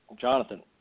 Jonathan